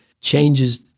changes